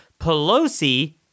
Pelosi